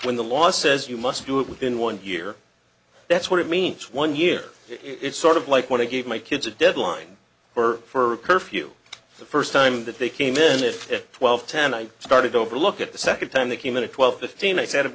when the law says you must do it within one year that's what it means one year it's sort of like when i gave my kids a deadline for curfew the first time that they came in if twelve ten i started over look at the second time they came in at twelve fifteen a set